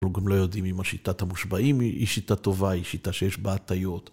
אנחנו גם לא יודעים אם השיטת המושבעים היא שיטה טובה, היא שיטה שיש בה הטיות